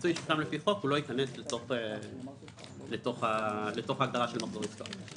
פיצוי ששולם לפי החוק לא ייכנס לתוך ההגדרה של "מחזור עסקאות".